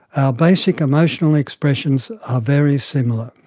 our basic emotional expressions are very similar.